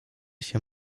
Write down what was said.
się